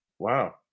Wow